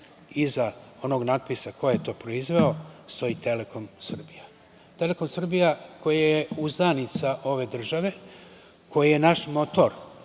iza onog natpisa ko je to proizveo stoji „Telekom Srbija“, „Telekom Srbija“ koji je uzdanica ove države, koji je naš motor